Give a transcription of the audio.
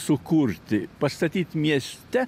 sukurti pastatyt mieste